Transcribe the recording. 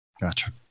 Gotcha